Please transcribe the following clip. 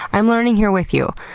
i'm learning here with you.